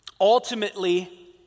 Ultimately